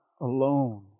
alone